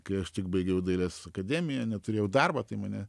kai aš tik baigiau dailės akademiją neturėjau darbo tai mane